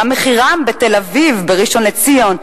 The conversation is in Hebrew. מה מחירם בתל-אביב, בראשון-לציון?